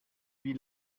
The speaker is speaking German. wie